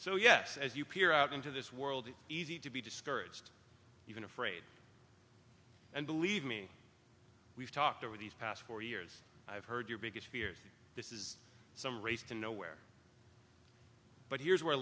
so yes as you peer out into this world it easy to be discouraged even afraid and believe me we've talked over these past four years i've heard your biggest fears this is some race to nowhere but here is wh